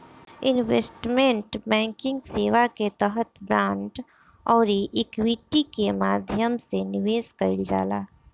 investment banking सेवा के तहत बांड आउरी इक्विटी के माध्यम से निवेश कईल जाला